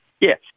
Yes